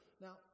Now